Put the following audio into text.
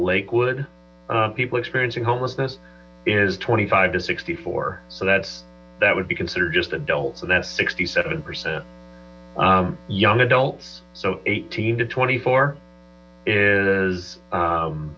lakewood people experiencing homelessness is twenty five to sixty four so that's that would be considered just adults and that's sixty seven percent young adults so eighteen to twenty four is